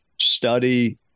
study